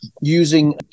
using